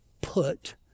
put